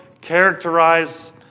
characterize